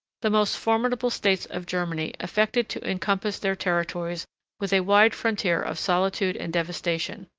the most formidable states of germany affected to encompass their territories with a wide frontier of solitude and devastation.